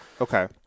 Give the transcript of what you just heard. Okay